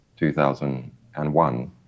2001